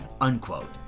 unquote